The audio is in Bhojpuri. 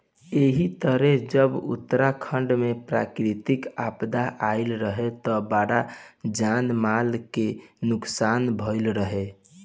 एही तरे जब उत्तराखंड में प्राकृतिक आपदा आईल रहे त बड़ा जान माल के नुकसान भईल रहे